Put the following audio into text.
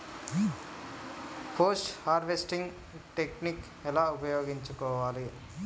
Post harvesting technique ఎలా ఉపయోగించుకోవాలి?